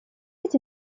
эти